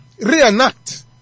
reenact